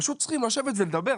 פשוט צריכים לשבת ולדבר,